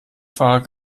fahrer